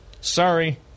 Sorry